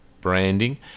branding